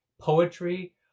poetry